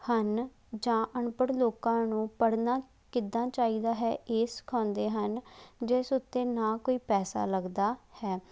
ਹਨ ਜਾਂ ਅਨਪੜ੍ਹ ਲੋਕਾਂ ਨੂੰ ਪੜ੍ਹਨਾ ਕਿੱਦਾਂ ਚਾਹੀਦਾ ਹੈ ਇਹ ਸਿਖਾਂਉਦੇ ਹਨ ਜਿਸ ਉੱਤੇ ਨਾ ਕੋਈ ਪੈਸਾ ਲੱਗਦਾ ਹੈ